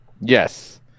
Yes